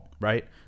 right